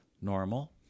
normal